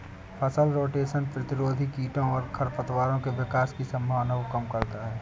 फसल रोटेशन प्रतिरोधी कीटों और खरपतवारों के विकास की संभावना को कम करता है